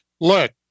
Look